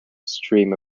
stream